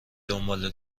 دنباله